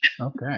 Okay